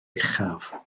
uchaf